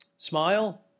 Smile